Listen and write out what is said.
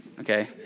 Okay